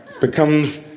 becomes